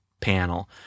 panel